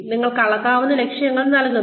നിങ്ങൾ അളക്കാവുന്ന ലക്ഷ്യങ്ങൾ നൽകുന്നു